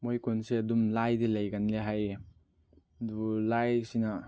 ꯃꯣꯏ ꯈꯨꯟꯁꯦ ꯑꯗꯨꯝ ꯂꯥꯏꯗꯤ ꯂꯩꯒꯜꯂꯦ ꯍꯥꯏꯌꯦ ꯑꯗꯨ ꯂꯥꯏꯁꯤꯅ